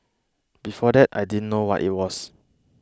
before that I didn't know what it was